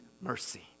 mercy